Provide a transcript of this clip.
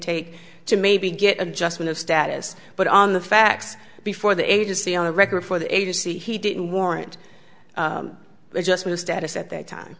take to maybe get adjustment of status but on the facts before the agency on the record for the agency he didn't warrant it just with the status at that time